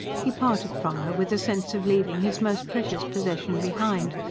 he parted from her with a sense of leaving his most precious possession behind,